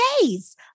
days